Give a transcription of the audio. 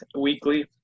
weekly